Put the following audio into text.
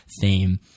theme